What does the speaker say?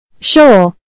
Sure